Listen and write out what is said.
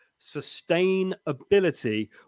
sustainability